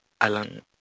Alan